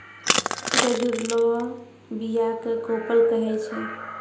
गजुरलो बीया क कोपल कहै छै